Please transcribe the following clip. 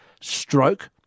stroke